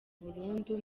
burundu